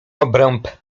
obręb